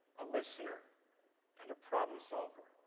a listener and a problem solver,